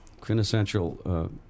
quintessential